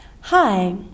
Hi